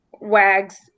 WAG's